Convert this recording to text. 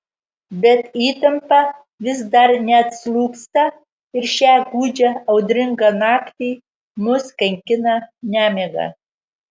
bet įtampa vis dar neatslūgsta ir šią gūdžią audringą naktį mus kankina nemiga